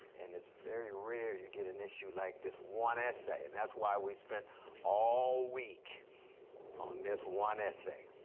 and it's very rare you get an issue like this one essay, and that's why we spent all week on this one essay.